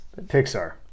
Pixar